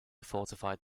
fortified